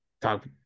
talk